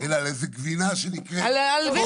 אלא על איזו גבינה שנקראת -- על ווינגיט,